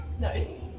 Nice